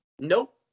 Nope